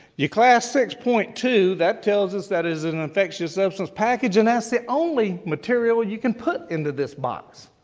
your class six point two, that tells us that is an infectious substance package and that's the only material you can put into this box.